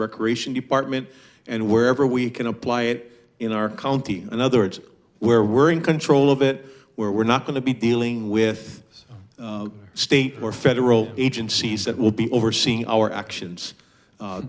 recreation department and wherever we can apply it in our county another it's where we're in control of it where we're not going to be dealing with state or federal agencies that will be overseeing our actions